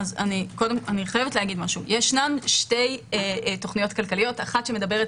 יש שתי תוכניות כלכליות אחת שמדברת